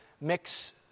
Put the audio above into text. mix